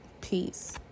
peace